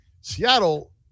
Seattle